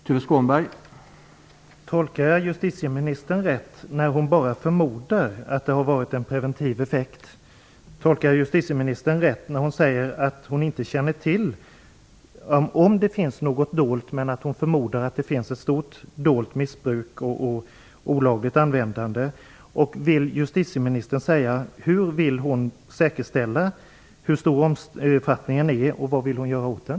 Herr talman! Tolkar jag justitieministern rätt om jag säger att hon bara förmodar att det varit en preventiv effekt? Kan jag tolka justitieministern så att hon inte känner till om det finns något dolt, men att hon förmodar att det finns ett stort dolt missbruk och olagligt användande? Hur vill justitieministern säkerställa hur stor omfattningen är, och vad vill hon göra åt den?